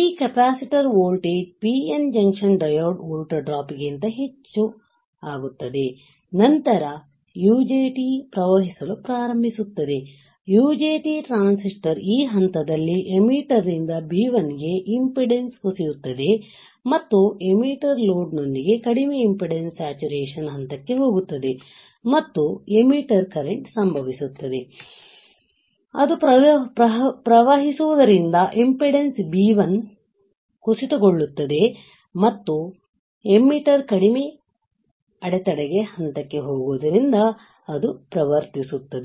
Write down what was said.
ಈ capacitor voltage PN junction diode volt drop ಗಿಂತ ಹೆಚ್ಚು ಹೆಚ್ಚಾಗುತ್ತವೆ ನಂತರ UJT ಪ್ರವಹಿಸಲು ಪ್ರಾರಂಭಿಸುತ್ತದೆ UJT ಟ್ರಾನ್ಸಿಸ್ಟರ್ ಈ ಹಂತದಲ್ಲಿ ಎಮ್ಮಿಟರ್ನಿಂದ B1 ಗೆ ಇಂಪೆಡೆನ್ಸ್ ಕುಸಿಯುತ್ತದೆ ಮತ್ತು ಎಮ್ಮಿಟರ್ ಲೋಡ್ ನೊಂದಿಗೆ ಕಡಿಮೆ ಇಂಪೆಡೆನ್ಸ್ ಸ್ಯಾಚುರೇಶನ್ ಹಂತಕ್ಕೆ ಹೋಗುತ್ತದೆ ಮತ್ತು ಎಮ್ಮಿಟರ್ ಕರೆಂಟ್ ಸಂಭವಿಸುತ್ತದೆ ಅದು ಪ್ರವಹಿಸುವುದರಿಂದ ಇಂಪಿಡೆಂಸ್ B1 ಕುಸಿತಗೊಳಿಸುತ್ತದೆ ಮತ್ತು ಎಮ್ಮಿಟರ್ ಕಡಿಮೆ ಅಡೆತಡೆ ಹಂತಕ್ಕೆ ಹೋಗುವುದರಿಂದ ಅದು ಪ್ರವರ್ತಿಸುತ್ತದೆ